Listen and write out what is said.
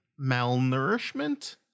malnourishment